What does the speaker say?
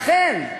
לכן,